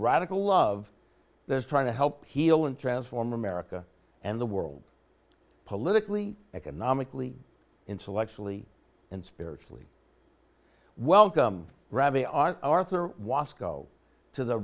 radical love that is trying to help heal and transform america and the world politically economically intellectually and spiritually welcome rabbi our arthur was go to the